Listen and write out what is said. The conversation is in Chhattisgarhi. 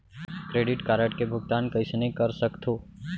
क्रेडिट कारड के भुगतान कइसने कर सकथो?